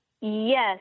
Yes